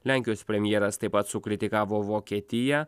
lenkijos premjeras taip pat sukritikavo vokietiją